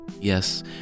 Yes